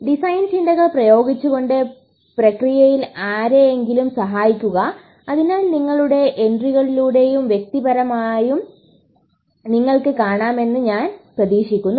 design ചിന്തകൾ പ്രയോഗിച്ചുകൊണ്ട് പ്രക്രിയയിൽ ആരെയെങ്കിലും സഹായിക്കുക അതിനാൽ നിങ്ങളുടെ എൻട്രികളിലൂടെയും വ്യക്തിപരമായും നിങ്ങളെ കാണാമെന്ന് ഞാൻ പ്രതീക്ഷിക്കുന്നു